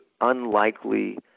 unlikely